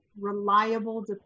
reliable